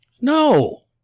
No